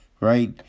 right